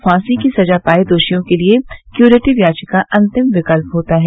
फांसी की सजा पाये दोषियों के लिए क्यूरेटिव याचिका अंतिम विकल्प होता है